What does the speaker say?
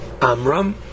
Amram